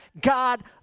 God